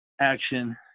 action